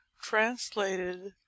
translated